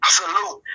salute